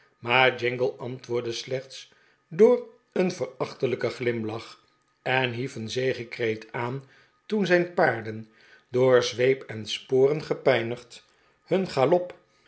maar jingle antwoordde slechts door een verachtelijken glimlach en hief een zegekreet aan toen zijn paarden door zweep en sporen gepijnigd hun galop